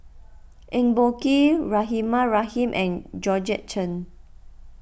Eng Boh Kee Rahimah Rahim and Georgette Chen